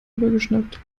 übergeschnappt